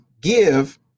give